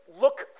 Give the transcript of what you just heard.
look